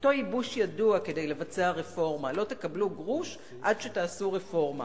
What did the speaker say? אותו ייבוש ידוע כדי לבצע רפורמה: לא תקבלו גרוש עד שתעשו רפורמה.